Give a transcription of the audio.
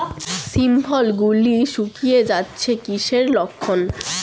শিম ফল গুলো গুটিয়ে যাচ্ছে কিসের লক্ষন?